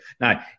Now